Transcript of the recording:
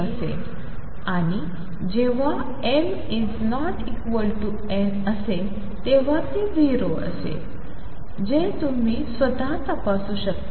असेल आणि जेव्हा m ≠ n तेव्हा ते 0 असेल जे तुम्ही स्वतः तपासू शकता